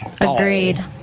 Agreed